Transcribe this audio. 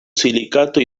silicato